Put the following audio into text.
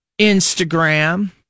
Instagram